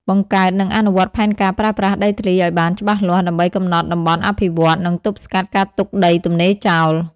បង្កើតនិងអនុវត្តផែនការប្រើប្រាស់ដីធ្លីឲ្យបានច្បាស់លាស់ ដើម្បីកំណត់តំបន់អភិវឌ្ឍន៍ និងទប់ស្កាត់ការទុកដីទំនេរចោល។